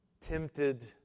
tempted